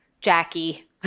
Jackie